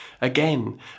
again